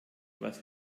was